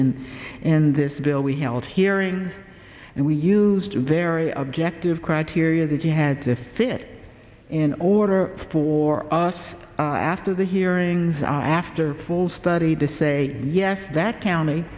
in in this bill we held hearings and we used a very objective criteria that you had to fit in order for us after the hearings after all study to say yes that county